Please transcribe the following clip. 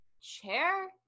chair